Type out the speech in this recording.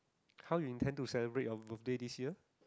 how you intend to celebrate birthday this year